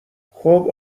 خوب